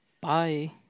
Bye